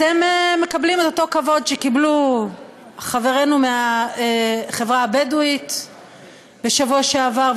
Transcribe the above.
אתם מקבלים את אותו כבוד שקיבלו חברינו מהחברה הבדואית בשבוע שעבר,